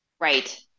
Right